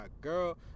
girl